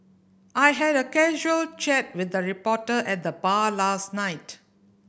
I had a casual chat with a reporter at the bar last night